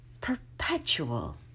perpetual